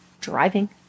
driving